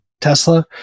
Tesla